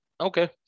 Okay